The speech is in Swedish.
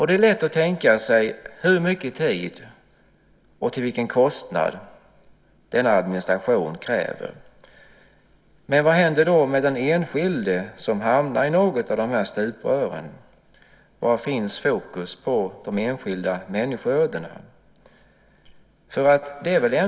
Det är lätt att tänka sig hur mycket tid och vilken kostnad denna administration kräver. Men vad händer då med den enskilde som hamnar i något av stuprören? Var finns fokus på de enskilda människoödena?